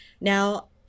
Now